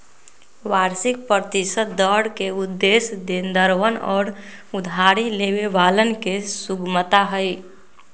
वार्षिक प्रतिशत दर के उद्देश्य देनदरवन और उधारी लेवे वालन के सुगमता हई